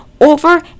over